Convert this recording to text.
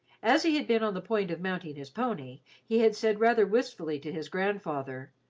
as he he had been on the point of mounting his pony, he had said rather wistfully to his grandfather